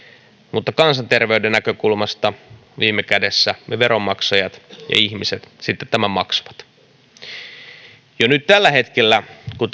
mutta kansanterveyden näkökulmasta viime kädessä me veronmaksajat ja ihmiset sitten tämän maksamme jo tällä hetkellä tämän